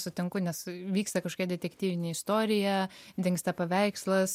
sutinku nes vyksta detektyvinė istorija dingsta paveikslas